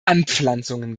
anpflanzungen